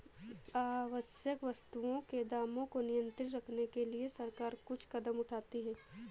आवश्यक वस्तुओं के दामों को नियंत्रित रखने के लिए सरकार कुछ कदम उठाती है